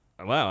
Wow